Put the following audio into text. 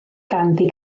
ganddi